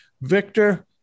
Victor